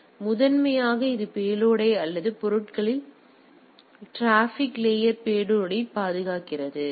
எனவே முதன்மையாக இது பேலோடை அல்லது பொருட்களின் டிராபிக் லேயர் பேலோடில் பாதுகாக்கிறது